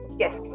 yes